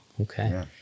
okay